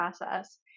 process